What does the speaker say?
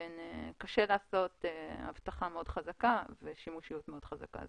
קשה לעשות אבטחה מאוד חזקה ושימושיות מאוד חזקה.